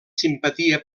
simpatia